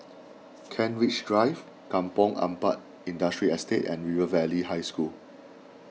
Kent Ridge Drive Kampong Ampat Industrial Estate and River Valley High School